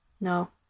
No